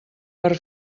per